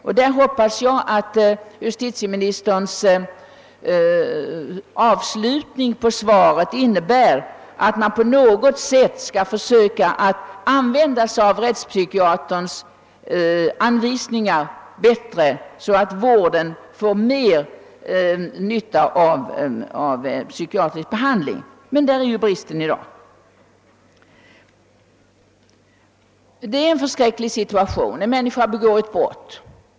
Härvidlag hoppas jag att justitieministerns avslutning på svaret innebär att man på något bättre sätt skall kunna följa rättspsykiaterns anvisningar för vården. Men där ligger ytterligare en brist i dag. Situationen är förskräcklig. En människa begår ett brott.